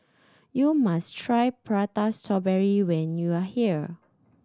you must try Prata Strawberry when you are here